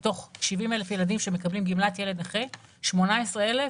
מתוך 70 אלף ילדים שמקבלים גמלת ילד נכה, 18 אלף.